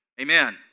Amen